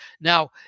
Now